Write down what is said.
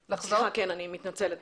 כן, אני מתנצלת.